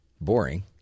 Boring